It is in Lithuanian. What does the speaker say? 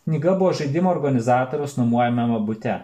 knyga buvo žaidimo organizatoriaus nuomojamame bute